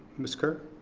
ms. kerr.